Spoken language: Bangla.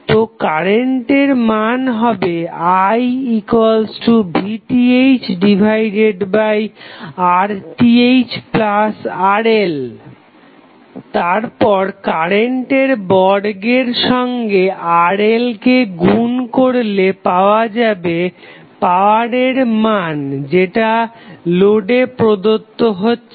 তো কারেন্টের মান হবে iVThRThRL তারপর কারেন্টের বর্গের সঙ্গে RL কে গুন করলে পাওয়া যাবে পাওয়ারের মান যেটা লোডে প্রদত্ত হচ্ছে